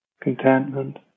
contentment